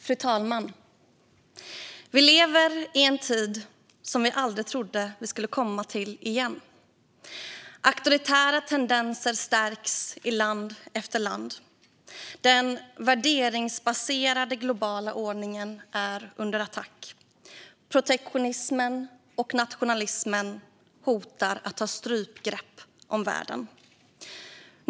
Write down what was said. Fru talman! Vi lever i en tid som vi aldrig trodde att vi skulle komma till igen. Auktoritära tendenser stärks i land efter land. Den värderingsbaserade globala ordningen är under attack. Protektionismen och nationalismen hotar att ta strypgrepp om världen.